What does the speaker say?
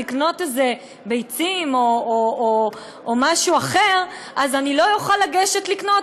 לקנות ביצים או משהו אחר אני לא אוכל לגשת לקנות?